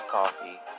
coffee